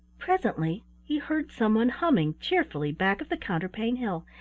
presently he heard someone humming cheerfully back of the counterpane hill,